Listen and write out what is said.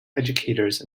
educators